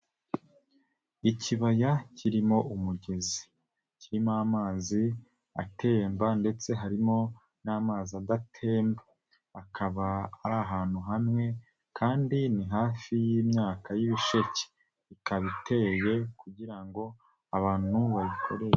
Ikibaya kirimo umugezi, kirimo amazi atemba ndetse harimo n'amazi adatemba akaba ari ahantu hamwe kandi ni hafi y'imyaka y'ibisheke ikaba iteye kugira ngo abantu bayikorere.